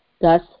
Thus